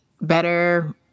better